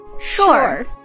Sure